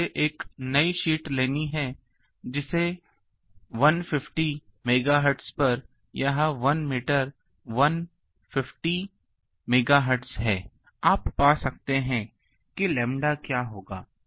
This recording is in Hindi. और मुझे एक नई शीट लेनी है जिसमें 150 मेगाहर्ट्ज पर यह 1 मीटर 150 मेगाहर्ट्ज है आप पा सकते हैं कि लैम्बडा क्या होगा